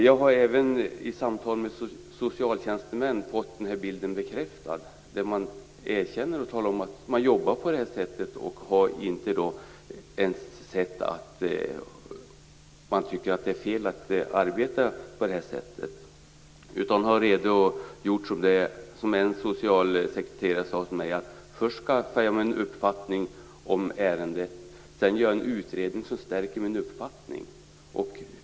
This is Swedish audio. Jag har även i samtal med socialtjänstemän fått den bilden bekräftad. De erkänner att de jobbar på det här sättet, och de har inte ens ansett att det är fel att arbeta på det här sättet. En socialsekreterare sade till mig: "Först skaffar jag mig en uppfattning om ärendet, och sedan gör jag en utredning som stärker min uppfattning."